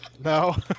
No